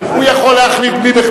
הוא לא צריך להיות פוסק הדור,